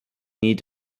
need